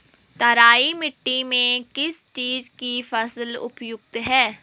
तराई मिट्टी में किस चीज़ की फसल उपयुक्त है?